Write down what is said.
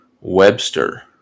Webster